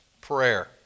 prayer